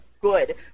good